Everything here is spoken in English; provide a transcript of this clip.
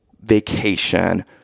vacation